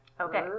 Okay